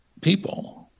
people